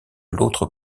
l’autre